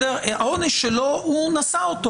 את העונש שלו הוא נשא.